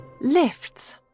lifts